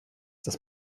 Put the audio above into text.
dass